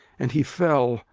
and he fell,